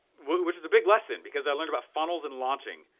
which is a big lesson, because i learned about funnels and launching,